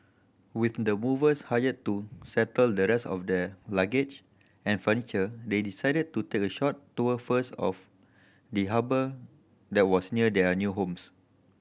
with the movers hired to settle the rest of their luggage and furniture they decided to take a short tour first of the harbour that was near their new homes